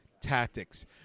tactics